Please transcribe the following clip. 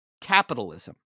capitalism